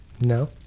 No